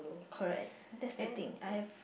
correct that's the thing I have